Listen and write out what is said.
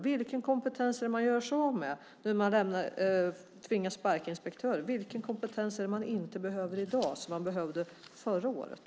När man nu tvingas sparka inspektörer, vilken kompetens är det man gör sig av med? Vilken kompetens är det man inte behöver i dag som man behövde förra året?